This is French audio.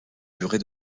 durée